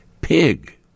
pig